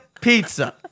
pizza